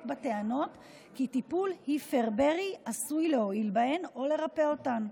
בטענות כי טיפול היפרברי עשוי להועיל בהן או לרפא אותם,